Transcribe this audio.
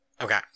Okay